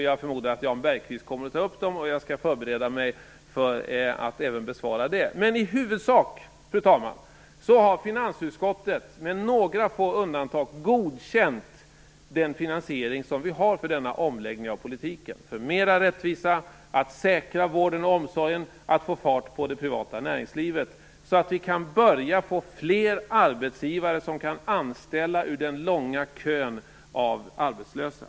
Jag förmodar att Jan Bergqvist kommer att ta upp dem, och jag skall förbereda mig för att besvara även det. I huvudsak, fru talman, har dock finansutskottet, med några få undantag, godkänt den finansiering vi har för denna omläggning av politiken. Denna omläggning innebär mer rättvisa, att säkra vården och omsorgen och att få fart på det privata näringslivet så att vi kan börja få fler arbetsgivare som kan anställa ur den långa kön av arbetslösa.